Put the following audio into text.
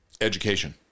education